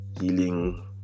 healing